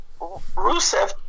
Rusev